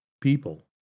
people